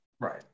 Right